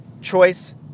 choice